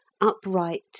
upright